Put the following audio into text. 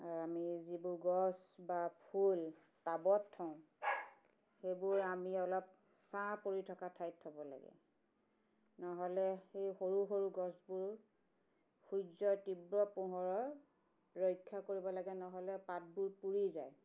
আমি যিবোৰ গছ বা ফুল টাবত থওঁ সেইবোৰ আমি অলপ ছাঁ পৰি থকা ঠাইত থব লাগে নহ'লে সেই সৰু সৰু গছবোৰ সূৰ্যৰ তীব্ৰ পোহৰৰ ৰক্ষা কৰিব লাগে নহ'লে পাতবোৰ পুৰি যায়